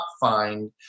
find